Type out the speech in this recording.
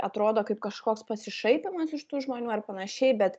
atrodo kaip kažkoks pasišaipymas iš tų žmonių ar panašiai bet